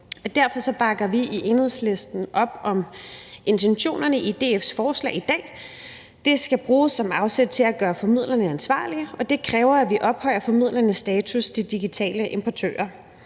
Derfor bakker vi i Enhedslisten op om intentionerne i DF's forslag i dag. Det skal bruges som afsæt til at gøre formidlerne ansvarlige, og det kræver, at vi ophøjer formidleres status til digitale importører.